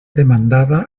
demandada